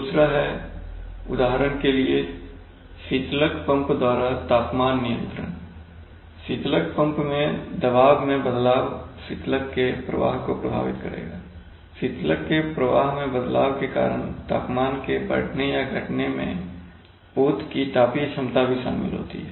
दूसरा है उदाहरण के लिए शीतलक पंप दबाव द्वारा तापमान नियंत्रण शीतलक पंप मैं दबाव में बदलाव शीतलक के प्रवाह को प्रभावित करेगा शीतलक के प्रवाह में बदलाव के कारण तापमान के बढ़ने या घटने में पोत की तापीय क्षमता भी शामिल रहती है